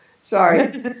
sorry